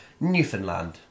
Newfoundland